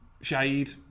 Shade